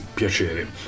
piacere